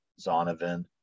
Zonovan